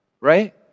right